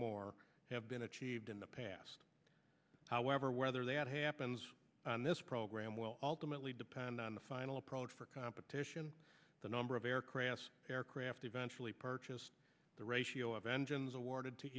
more have been achieved in the past however whether they add happens on this program will ultimately depend on the final approach for competition the number of aircraft aircraft eventually purchased the ratio of engines awarded to